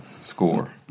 score